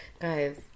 Guys